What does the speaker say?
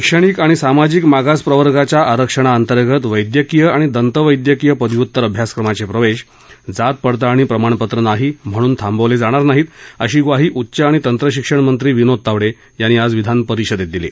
शैक्षणिक आणि सामाजिक मागास प्रवर्गाच्या आरक्षणाअंतर्गत वैद्यकीय आणि दंत वैद्यकीय पदव्युत्तर अभ्यासक्रमाचे प्रवेश जातपडताळणी प्रमाणपत्र नाही म्हणून थांबवले जाणार नाहीत अशी ग्वाही उच्च आणि तंत्र शिक्षण मंत्री विनोद तावडे यांनी आज विधानपरिषदेत दिली